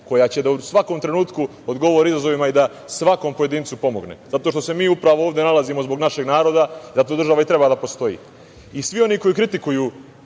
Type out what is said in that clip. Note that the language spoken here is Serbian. koja će da u svakom trenutku odgovori izazovima i da svakom pojedincu pomogne zato što se mi upravo ovde nalazimo zbog našeg naroda, zato država i treba da postoji. Svi oni koji kritikuju